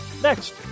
Next